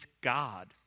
God